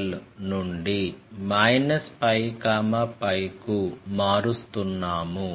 l నుండి π π కు మారుస్తున్నాము